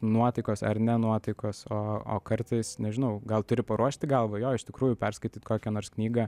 nuotaikos ar ne nuotaikos o o kartais nežinau gal turi paruošti galvą jo iš tikrųjų perskaityt kokią nors knygą